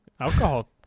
Alcohol